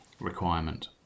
requirement